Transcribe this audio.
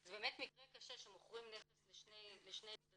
זה באמת מקרה קשה שמוכרים נכס לשני צדדים,